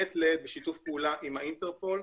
מעת לעת בשיתוף פעולה עם האינטרפול,